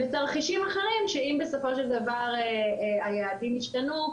ותרחישים אחרים שאם בסופו של דבר היעדים ישתנו,